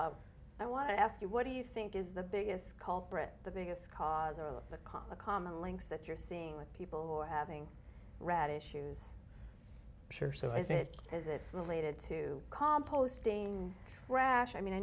i want to ask you what do you think is the biggest culprit the biggest cause of the cause of the common links that you're seeing with people who are having red issues sure so is it is it related to composting rash i mean i